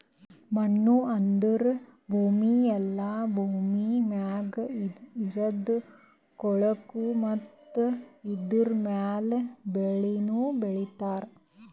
ಮಣ್ಣು ಅಂದುರ್ ಭೂಮಿ ಇಲ್ಲಾ ಭೂಮಿ ಮ್ಯಾಗ್ ಇರದ್ ಕೊಳಕು ಮತ್ತ ಇದುರ ಮ್ಯಾಲ್ ಬೆಳಿನು ಬೆಳಿತಾರ್